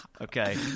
Okay